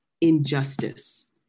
injustice